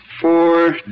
four